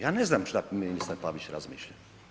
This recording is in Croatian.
Ja ne znam šta ministar Pavić razmišlja.